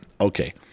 Okay